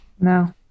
No